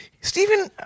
Stephen